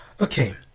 Okay